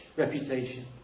Reputation